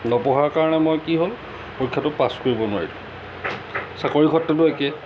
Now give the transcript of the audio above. নপঢ়াৰ কাৰণে মোৰ কি হ'ল পৰীক্ষাটোত পাছ কৰিব নোৱাৰিলোঁ চাকৰি ক্ষেত্ৰতো একেই